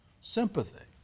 sympathy